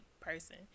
person